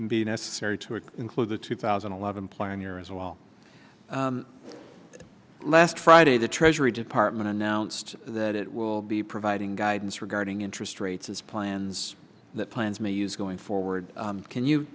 be necessary to include the two thousand and eleven plan year as well last friday the treasury department announced that it will be providing guidance regarding interest rates as plans that plans may use going forward can you